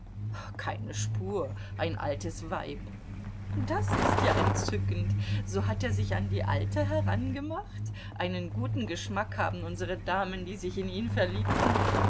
keine spur ein altes weib das ist ja entzückend so hat er sich an die alte herangemacht einen guten geschmack haben unsere damen die sich in ihn verliebten